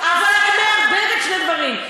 אבל את מערבבת שני דברים.